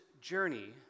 journey